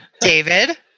David